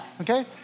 Okay